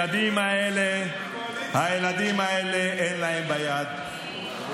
גם זה, הילדים האלה, אין להם ביד רולקס.